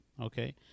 okay